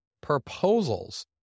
proposals